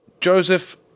Joseph